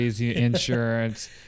insurance